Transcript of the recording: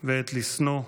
ועת לשנא,